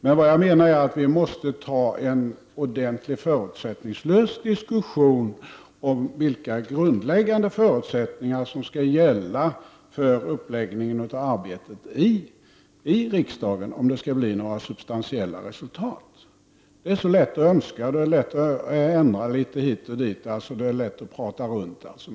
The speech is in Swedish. Men jag menar att vi måste ha en ordentlig och förutsättningslös diskussion om vilka grundläggande förutsättningar som skall gälla för uppläggningen av arbetet i riksdagen om det skall bli några substantiella resultat. Det är så lätt att önska och ändra litet hit och dit, och det är lätt att prata runt frågan.